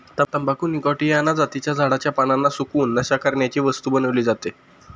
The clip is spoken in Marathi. तंबाखू निकॉटीयाना जातीच्या झाडाच्या पानांना सुकवून, नशा करण्याची वस्तू बनवली जाते